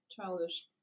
childish